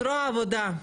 זרוע העבודה,